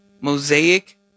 mosaic